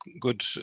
good